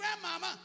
grandmama